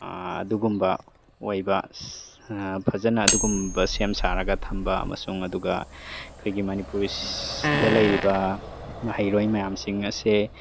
ꯑꯗꯨꯒꯨꯝꯕ ꯑꯣꯏꯕ ꯐꯖꯅ ꯑꯗꯨꯒꯨꯝꯕ ꯁꯦꯝ ꯁꯥꯔꯒ ꯊꯝꯕ ꯑꯃꯁꯨꯡ ꯑꯗꯨꯒ ꯑꯩꯈꯣꯏꯒꯤ ꯃꯅꯤꯄꯨꯔ ꯗ ꯂꯩꯔꯤꯕ ꯃꯍꯩꯔꯣꯏ ꯃꯌꯥꯝꯁꯤꯡ ꯑꯁꯦ